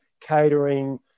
catering